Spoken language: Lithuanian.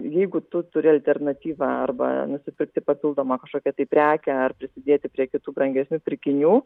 ir jeigu tu turi alternatyvą arba nusipirkti papildomą kažkokią tai prekę ar prisidėti prie kitų brangesnių pirkinių